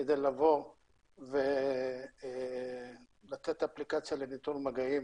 כדי לבוא ולתת אפליקציה לאיתור מגעים